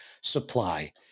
supply